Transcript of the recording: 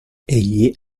egli